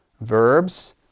verbs